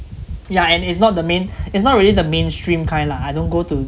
ya and it's not the main~ it's not really the mainstream kind lah I don't go to